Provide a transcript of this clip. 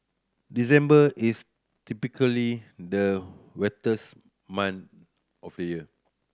December is typically the wettest month of the year